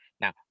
Now